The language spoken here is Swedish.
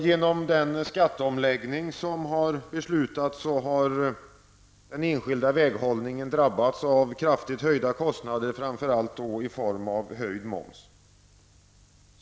Genom den skatteomläggning som har beslutats har den enskilda väghållningen drabbats av kraftigt höjda kostnader, framför allt i form av höjd moms.